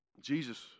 Jesus